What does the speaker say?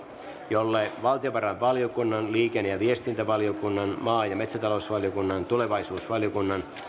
jolle valtiovarainvaliokunnan liikenne ja viestintävaliokunnan maa ja metsätalousvaliokunnan tulevaisuusvaliokunnan